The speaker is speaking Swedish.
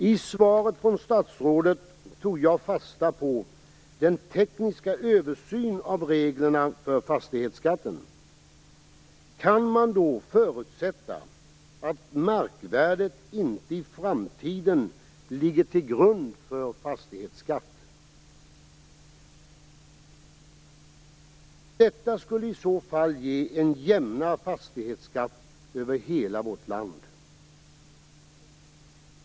I svaret från statsrådet tog jag fasta på den tekniska översynen av reglerna för fastighetsskatten. Kan man förutsätta att markvärdet inte i framtiden ligger till grund för fastighetsskatten? Detta skulle i så fall ge en jämnare fastighetsskatt över hela vårt land.